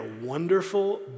wonderful